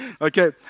okay